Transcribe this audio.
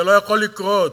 זה לא יכול לקרות.